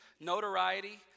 notoriety